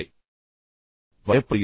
அவர்கள் பயப்படுகிறார்கள்